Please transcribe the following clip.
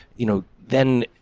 you know, then,